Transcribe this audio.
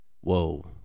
whoa